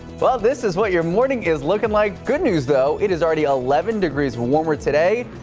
well this is what your morning is looking like good news though it is already eleven degrees warmer today.